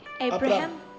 Abraham